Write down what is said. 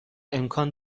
امکان